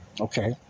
okay